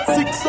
Six